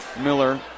Miller